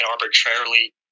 arbitrarily